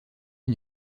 une